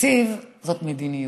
תקציב זה מדיניות,